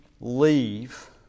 leave